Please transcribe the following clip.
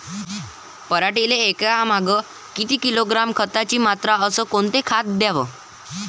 पराटीले एकरामागं किती किलोग्रॅम खताची मात्रा अस कोतं खात द्याव?